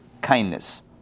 kindness